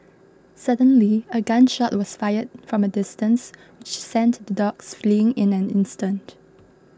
suddenly a gun shot was fired from a distance which sent the dogs fleeing in an instant